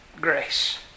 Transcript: grace